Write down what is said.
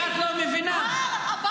לא הבנתי.